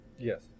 Yes